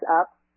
up